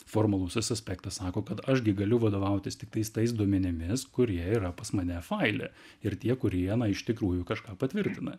formalusis aspektas sako kad aš gi galiu vadovautis tiktais tais duomenimis kurie yra pas mane faile ir tie kurie na iš tikrųjų kažką patvirtina